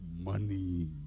money